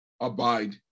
Abide